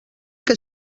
que